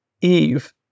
Eve